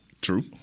True